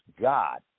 God